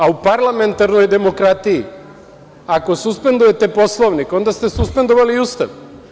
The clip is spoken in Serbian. A u parlamentarnoj demokratiji, ako suspendujete Poslovnik, onda ste suspendovali i Ustav.